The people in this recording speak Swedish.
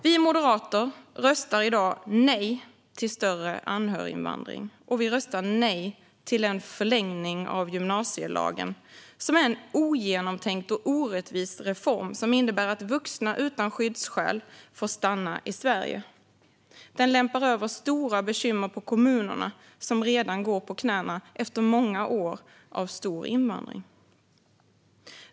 Vi moderater röstar i dag nej till större anhöriginvandring. Och vi röstar nej till en förlängning av gymnasielagen. Det är en ogenomtänkt och orättvis reform som innebär att vuxna utan skyddsskäl får stanna i Sverige. Den lämpar över stora bekymmer på kommunerna, som redan går på knäna efter många år av stor invandring.